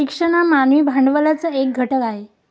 शिक्षण हा मानवी भांडवलाचा एक घटक आहे